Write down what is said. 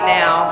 now